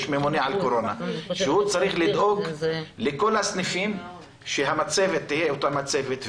יש ממונה על קורונה שהוא צריך לדאוג לכל הסניפים שהמצבת תהיה אותה מצבת.